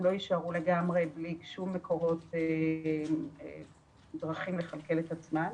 לא יישארו לגמרי בלי שום מקורות ודרכים לכלכל את עצמם.